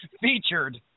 featured